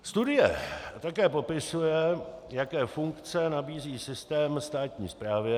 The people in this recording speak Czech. Studie také popisuje, jaké funkce nabízí systém státní správě.